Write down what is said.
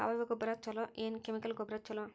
ಸಾವಯವ ಗೊಬ್ಬರ ಛಲೋ ಏನ್ ಕೆಮಿಕಲ್ ಗೊಬ್ಬರ ಛಲೋ?